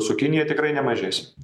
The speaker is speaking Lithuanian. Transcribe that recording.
su kinija tikrai nemažės